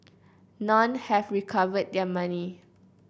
none have recovered their money